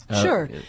Sure